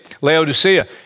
Laodicea